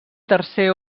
tercer